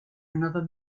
another